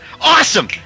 Awesome